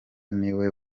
niwe